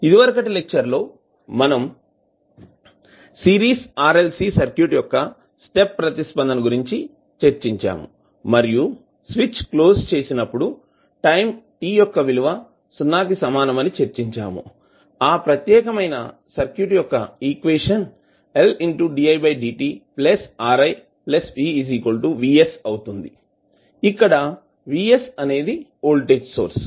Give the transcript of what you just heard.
ఇదివరకటి లెక్చర్ లో మనం సిరీస్ RLC సర్క్యూట్ యొక్క స్టెప్ ప్రతిస్పందన గురించి చర్చించాము మరియు స్విచ్ క్లోజ్ చేసినప్పుడు టైం t యొక్క విలువ 0 కి సమానం అని చర్చించాము ఆ ప్రత్యేకమైన సర్క్యూట్ యొక్క equation L didt Ri v Vs అవుతుంది ఇక్కడ Vs అనేది వోల్టేజ్ సోర్స్